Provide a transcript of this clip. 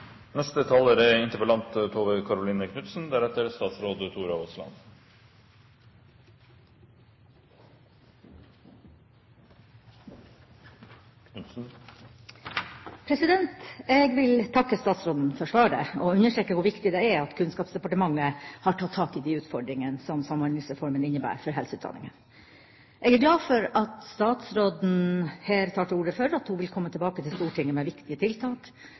Jeg vil takke statsråden for svaret og vil understreke hvor viktig det er at Kunnskapsdepartementet har tatt tak i de utfordringene som Samhandlingsreformen innebærer for helseutdanningene. Jeg er glad for at statsråden her tar til orde for at hun vil komme tilbake til Stortinget med viktige tiltak